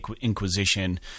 inquisition